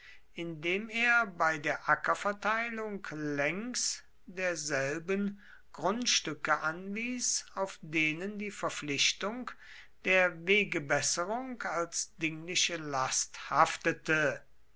indem er bei der ackerverteilung längs derselben grundstücke anwies auf denen die verpflichtung der wegebesserung als dingliche last haftete